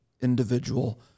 individual